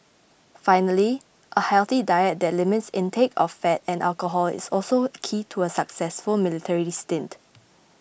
finally a healthy diet that limits intake of fat and alcohol is also key to a successful military stint